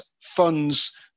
funds